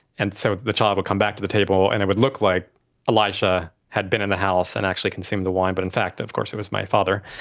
and so the child would come back to the table and it would look like elijah had been in the house and actually consumed the wine, but in fact of course it was my father.